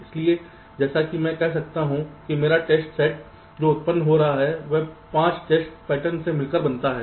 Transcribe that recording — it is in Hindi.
इसलिए जैसा कि मैं कह सकता हूं कि मेरा टेस्ट सेट जो उत्पन्न हो रहा है इन 5 टेस्ट पैटर्न से मिलकर बनता है